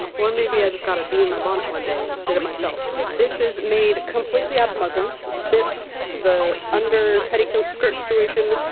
or maybe i just got to bee in my bonnet one day and did it myself. this is made completely out of muslin. this, the under petticoat skirt situation,